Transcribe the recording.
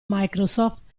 microsoft